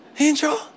angel